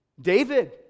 David